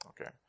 okay